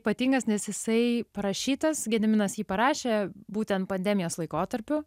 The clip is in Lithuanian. ypatingas nes jisai parašytas gediminas jį parašė būtent pandemijos laikotarpiu